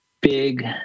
big